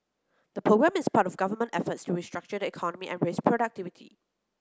the programme is part of government efforts to restructure the economy and raise productivity